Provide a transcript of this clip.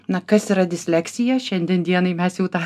na kas yra disleksija šiandien dienai mes jau tą